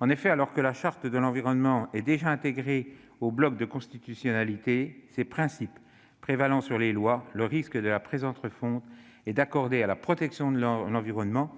En effet, alors que la Charte de l'environnement est déjà intégrée au bloc de constitutionnalité, ses principes prévalant sur les lois, le risque de la présente réforme est d'accorder à la protection de l'environnement